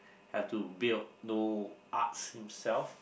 have to build Noah's Ark by himself